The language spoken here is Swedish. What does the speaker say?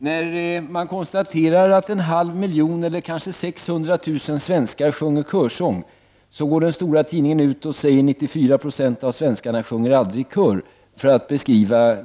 När det konstateras att en halv miljon eller kanske 600 000 svenskar sjunger körsång, går den stora tidningen ut och beskriver nederlaget: 94 Jo av svenskarna sjunger aldrig i kör!